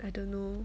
I don't know